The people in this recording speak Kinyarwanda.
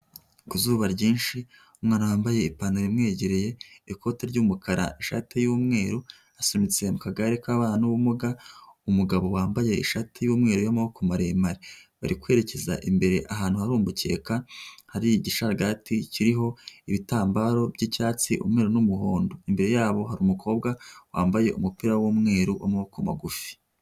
Ku izuba ryinshi umwana wambaye ipantaro imwegereye, ikote ry'umukara, ishati y'umweru asunitse mu kagare k'ababana n'ubumuga umugabo wambaye ishati y'umweru y'amaboko maremare, bari kwerekeza imbere ahantu hari umbukeka hari igisharagati kiriho ibitambararo by'icyatsi, umweru n'umuhondo, imbere yabo hari umukobwa wambaye umupira w'umweru w'amaboko magufi.